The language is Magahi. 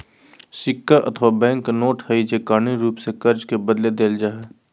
सिक्का अथवा बैंक नोट हइ जे कानूनी रूप से कर्ज के बदले देल जा हइ